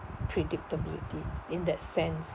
predictability in that sense